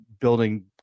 building